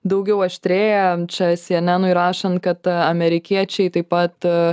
daugiau aštrėja čia cyenenui rašant kad amerikiečiai taip pat